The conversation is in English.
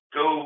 go